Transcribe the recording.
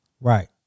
Right